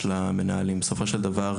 בסופו של דבר,